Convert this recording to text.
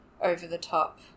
over-the-top